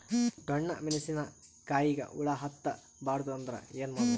ಡೊಣ್ಣ ಮೆಣಸಿನ ಕಾಯಿಗ ಹುಳ ಹತ್ತ ಬಾರದು ಅಂದರ ಏನ ಮಾಡಬೇಕು?